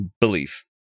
Belief